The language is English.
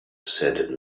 said